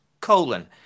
colon